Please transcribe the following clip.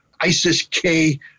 ISIS-K